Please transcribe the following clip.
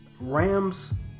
Rams